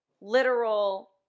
literal